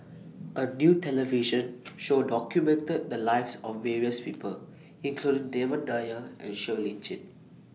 A New television Show documented The Lives of various People including Devan Nair and Siow Lee Chin